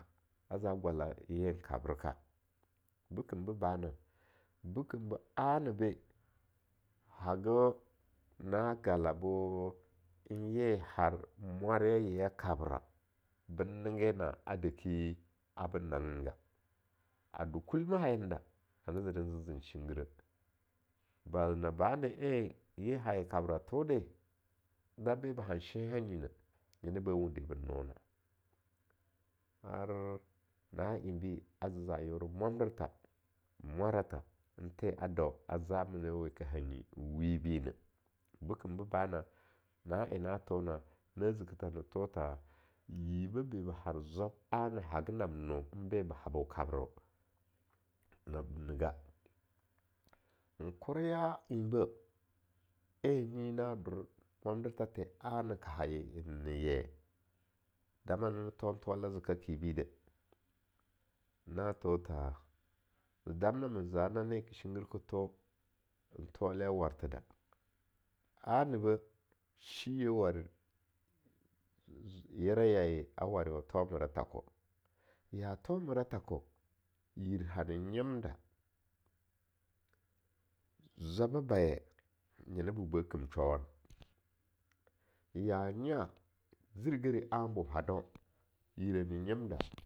A za gwala yen kabreka, bekemboba na, bekembo anibeh haga na galabo ye har mwarya ye kabra ben ningge na'a adeki ben nanggenga, a do kulmerh hayene da ana ze zen shinggireh, bala na bana en ye haye kabra thode, da be ba han shonha nyineb nyena ba wundi be nona, ar na'a enbi azaza yeore mwandertha n mwaratha n the a dau a zamane weka hanyi wibineh bekem bo bana, na'en thona na zikitha ne tho tha yibbeh be ba har zwab ana haga nab no n be ba habo kabro-nab nega. N Korya en beh, en nyi na dor mwandertha ana ka hanaye ne ye, damna nathowan thowala zekekibi deh na tho tha damnama za na en ka shingi ka thon thawale warthe da, ani beh, shiye war yere yaye a warewa a thomera thako, ya thomera thako yir ha nyam da zwabe baye nyena ba kin showana, ya nya zirigeri anbo hadaan yireh ne nyemda